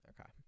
okay